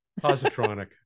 Positronic